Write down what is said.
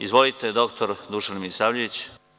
Izvolite, dr Dušan Milisavljević.